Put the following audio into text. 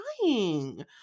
crying